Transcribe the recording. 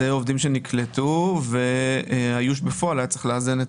אלה עובדים שנקלטו והאיוש בפועל היה צריך לאזן.